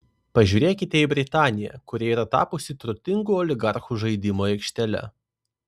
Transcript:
pažiūrėkite į britaniją kuri yra tapusi turtingų oligarchų žaidimo aikštele